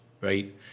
Right